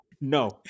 No